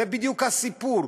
זה בדיוק הסיפור,